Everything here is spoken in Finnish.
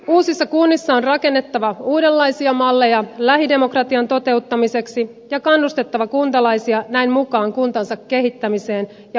uusissa kunnissa on rakennettava uudenlaisia malleja lähidemokratian toteuttamiseksi ja kannustettava kuntalaisia näin mukaan kuntansa kehittämiseen ja osallistumiseen